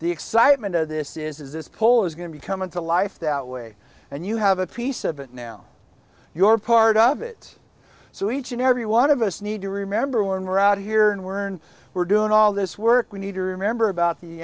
the excitement of this is this poll is going to be coming to life that way and you have a piece of it now your part of it so each and every one of us need to remember when we're out here and we're and we're doing all this work we need to remember about the